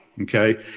okay